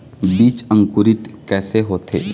बीज अंकुरित कैसे होथे?